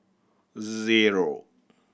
zero